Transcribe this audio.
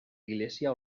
iglesia